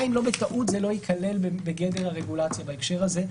היא האם לא בטעות זה ייכלל בגדר הרגולציה בהקשר הזה,